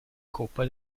coppa